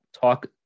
Talk